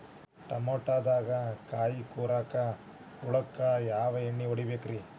ಟಮಾಟೊದಾಗ ಕಾಯಿಕೊರಕ ಹುಳಕ್ಕ ಯಾವ ಎಣ್ಣಿ ಹೊಡಿಬೇಕ್ರೇ?